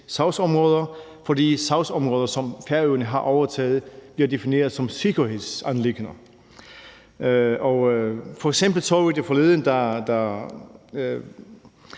sagsområder, fordi de sagsområder, som Færøerne har overtaget, bliver defineret som sikkerhedsanliggender. F.eks. så vi det forleden i